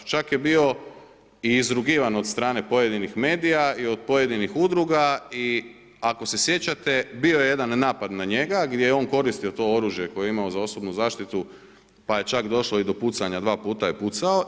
Čak je bio izrugivan od strane pojedinih medija i od pojedinih udruga i ako se sjećate, bio je jedan napada njega gdje je on koristio to oružje koje je imao za osobnu zaštitu pa je čak došlo i do pucanja, dva puta je pucao.